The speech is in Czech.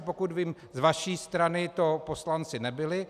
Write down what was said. Pokud vím, z vaší strany to poslanci nebyli.